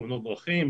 תאונות דרכים,